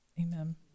Amen